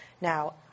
Now